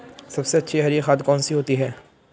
सबसे अच्छी हरी खाद कौन सी होती है?